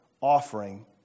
offering